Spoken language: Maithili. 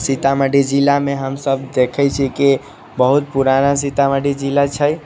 सीतामढ़ी जिलामे हमसब देखैत छियै कि बहुत पुरान सीतामढ़ी जिला छै